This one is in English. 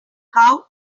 how